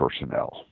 personnel